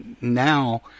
now